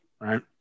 right